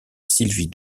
sylvie